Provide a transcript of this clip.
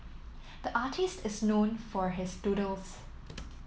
the artist is known for his doodles